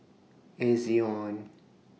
Ezion